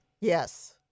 Yes